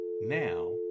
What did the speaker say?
now